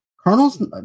Colonel's